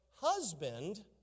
husband